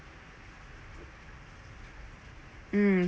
mm